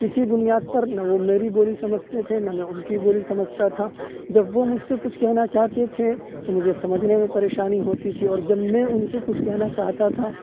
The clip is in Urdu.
اسی بنیاد پر نہ وہ میری بولی سمجھتے تھے نہ میں ان کی بولی سمجھتا تھا جب وہ مجھ سے کچھ کہنا چاہتے تھے تو مجھے سمجھنے میں پریشانی ہوتی تھی اور جب میں ان سے کچھ کہنا چاہتا تھا